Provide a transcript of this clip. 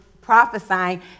prophesying